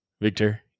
victor